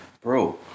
bro